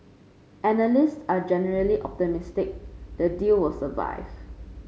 analysts are generally optimistic the deal will survive